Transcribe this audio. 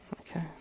Okay